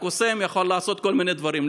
הקוסם יכול לעשות כל מיני דברים.